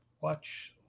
Watch